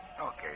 Okay